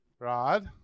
Rod